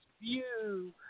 view